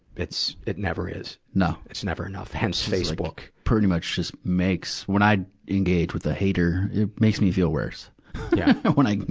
it's, it never is. it's never enough hence, facebook. pretty much, just makes when i engage with a hater, it makes me feel worse when i,